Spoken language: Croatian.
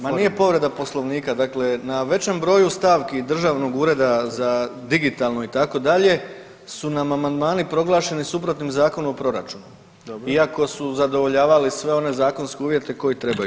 Ma nije povreda Poslovnika, dakle na većem broju stavki Državnog ureda za digitalnu itd., su nam amandmani proglašeni suprotnim Zakonu o proračunu [[Upadica: Dobro.]] iako su zadovoljavali sve one zakonske uvjete koje trebaju.